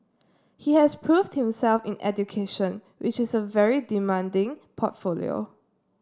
he has proved himself in education which is a very demanding portfolio